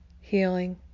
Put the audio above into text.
healing